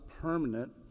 permanent